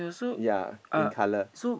ya in colour